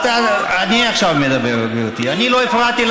לא על נאורות ולא על מוסריות,